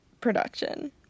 production